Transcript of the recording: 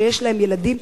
שיש להם ילדים,